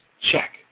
Check